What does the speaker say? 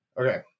Okay